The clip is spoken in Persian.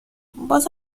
باز